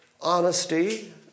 honesty